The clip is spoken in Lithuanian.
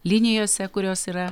linijose kurios yra